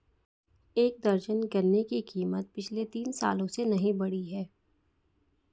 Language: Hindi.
एक दर्जन गन्ने की कीमत पिछले तीन सालों से नही बढ़ी है